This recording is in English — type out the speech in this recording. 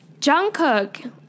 Jungkook